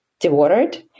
dewatered